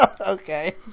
Okay